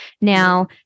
now